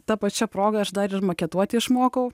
ta pačia proga aš dar ir maketuoti išmokau